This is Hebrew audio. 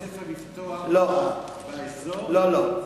למשל איזה בית-ספר לפתוח באזור, לא, לא.